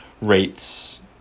rates